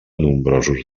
nombrosos